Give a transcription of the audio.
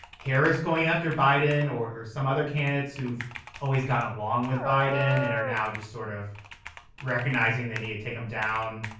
going after biden or some other candidates who've always gone along with biden and are now just sort of recognizing they need to take him down.